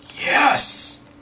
Yes